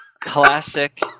classic